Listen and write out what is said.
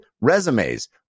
resumes